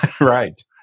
Right